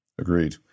Agreed